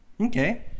Okay